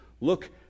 Look